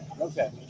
Okay